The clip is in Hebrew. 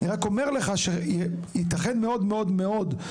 אני רק אומר לך שייתכן מאוד מאוד מאוד,